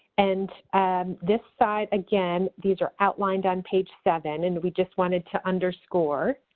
and this slide, again, these are outlined on page seven and we just wanted to underscore